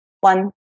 One